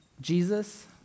Jesus